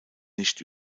nicht